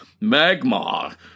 magma